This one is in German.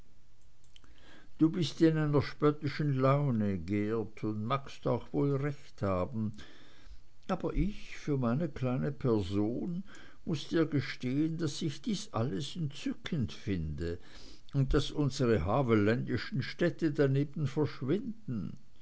du bist in einer spöttischen laune geert und magst auch wohl recht haben aber ich für meine kleine person muß dir gestehen daß ich dies alles entzückend finde und daß unsere havelländischen städte daneben verschwinden